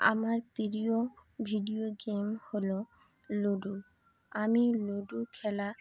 আমার প্রিয় video game হল লুডো আমি লুডো খেলা